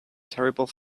terrible